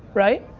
right?